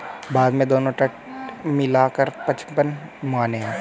भारत में दोनों तट मिला कर पचपन मुहाने हैं